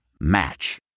Match